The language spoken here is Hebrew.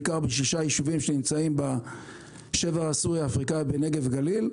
בעיקר בשישה יישובים שנמצאים בשבר הסורי-אפריקני בנגב ובגליל.